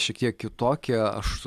šiek tiek kitokie aš